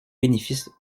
bénéfice